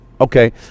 Okay